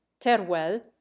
teruel